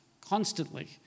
constantly